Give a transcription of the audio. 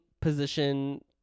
position